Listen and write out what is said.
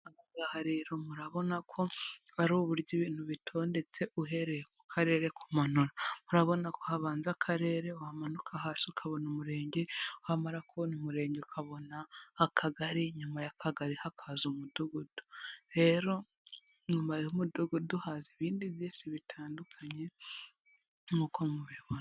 Ahangaha rero murabona ko ari uburyo ibintu bitondetse uhereye ku karere kumanuka, urabona ko habanza akarere, wamanuka hasi ukabona umurenge, wamara kubona umurenge ukabona akagari, inyuma y'akagari hakaza umudugudu. Rero nyuma y'umudugudu haza ibindi byinshi bitandukanye nk'uko mubibona.